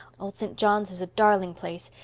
old st. john's is a darling place.